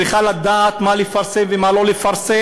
צריכה לדעת מה לפרסם ומה לא לפרסם,